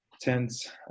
tens